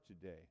today